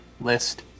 list